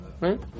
right